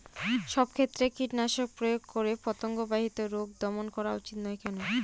সব ক্ষেত্রে কীটনাশক প্রয়োগ করে পতঙ্গ বাহিত রোগ দমন করা উচিৎ নয় কেন?